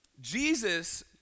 Jesus